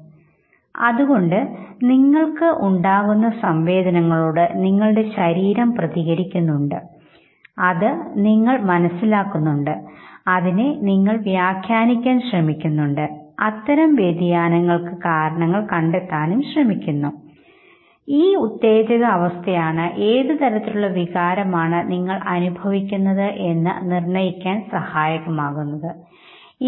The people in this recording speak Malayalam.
So അതുകൊണ്ട് നിങ്ങൾക്ക് ഉണ്ടാകുന്ന സംവേദനങ്ങളോട് നിങ്ങളുടെ ശരീരം പ്രതികരിക്കുന്നുണ്ട് അത് നിങ്ങൾ മനസ്സിലാകുന്നുണ്ട് അതിനെ നിങ്ങൾ വ്യാഖ്യാനിക്കാൻ ശ്രമിക്കുന്നുണ്ട് അത്തരം വ്യതിയാനങ്ങൾക്ക് കാരണങ്ങൾ കണ്ടെത്താനും ശ്രമിക്കുന്നു ഈ ഉത്തേജക അവസ്ഥയാണ് ഏതുതരത്തിലുള്ള വികാരമാണ് നിങ്ങൾ അനുഭവിക്കുന്നത് എന്ന് എന്ന് നിർണയിക്കാൻ സഹായകമാകുന്നത്